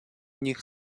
них